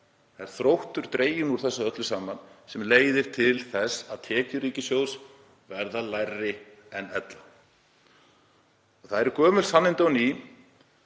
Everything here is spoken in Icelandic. mið. Þróttur er dreginn úr þessu öllu saman sem leiðir til þess að tekjur ríkissjóðs verða lægri en ella. Það eru gömul sannindi og ný